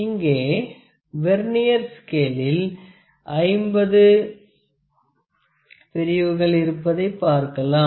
இங்கே வெர்னியர் ஸ்கேளில் 50 பிரிவுகள் இருப்பதை பார்க்கலாம்